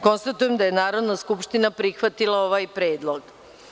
Konstatujem da je Narodna skupština prihvatila ovaj predlog.